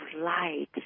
light